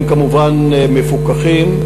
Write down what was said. הם כמובן מפוקחים.